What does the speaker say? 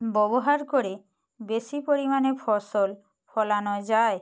ব্যবহার করে বেশি পরিমাণে ফসল ফলানো যায়